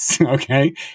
Okay